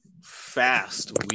fast